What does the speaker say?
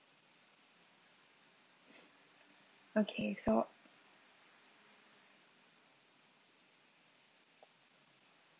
okay so